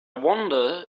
wonder